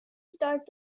start